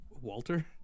Walter